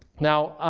now